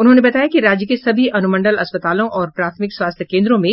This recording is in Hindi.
उन्होंने बताया कि राज्य के सभी अनुमंडल अस्पतालों और प्राथमिक स्वास्थ्य कोन्द्रों में